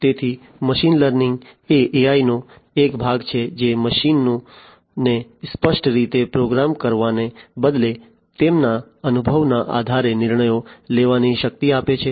તેથી machine learning એ AIનો એક ભાગ છે જે મશીનો ને સ્પષ્ટ રીતે પ્રોગ્રામ કરવાને બદલે તેમના અનુભવના આધારે નિર્ણયો લેવાની શક્તિ આપે છે